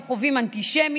הם חווים אנטישמיות,